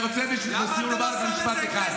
למה אתה לא שם את הכסף בבסיס התקציב?